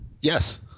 Yes